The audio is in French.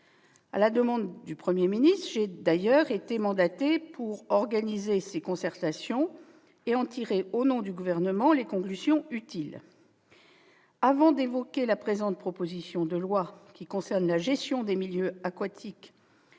À la demande du Premier ministre, j'ai d'ailleurs été mandatée pour organiser ces concertations et en tirer, au nom du Gouvernement, les conclusions utiles. Avant d'évoquer la présente proposition de loi, qui concerne la gestion des milieux aquatiques